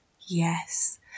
Yes